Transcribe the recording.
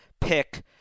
pick